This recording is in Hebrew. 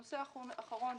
הנושא האחרון,